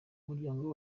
umuryango